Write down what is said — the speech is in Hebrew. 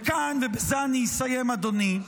וכאן, ובזה אני אסיים, אדוני,